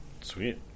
Sweet